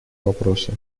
вопросы